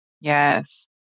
Yes